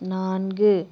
நான்கு